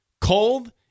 cold